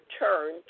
turn